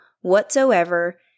whatsoever